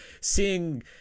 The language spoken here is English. seeing